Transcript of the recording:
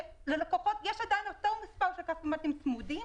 שללקוחות יש עדיין אותו מספר של כספומטים צמודים.